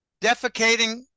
defecating